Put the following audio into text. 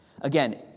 Again